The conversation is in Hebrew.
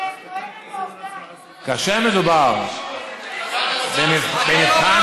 כאשר מדובר בנבחן